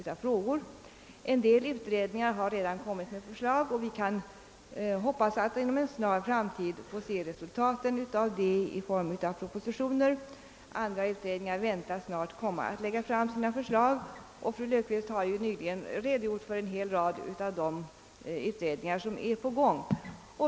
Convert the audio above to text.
En del utredningar har redan lagt fram förslag, och vi hoppas att inom en snar framtid få se resultatet i form av propositioner. Andra utredningar väntas snart lägga fram sina förslag. Fru Löfqvist har här redogjort för en hel rad av de utredningar som är på gång.